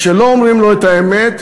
כשלא אומרים לו את האמת,